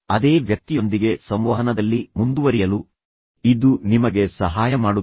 ಅದೇ ವ್ಯಕ್ತಿಯೊಂದಿಗೆ ಸಂವಹನದಲ್ಲಿ ಮುಂದುವರಿಯಲು ಇದು ನಿಮಗೆ ಸಹಾಯ ಮಾಡುತ್ತದೆ